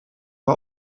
war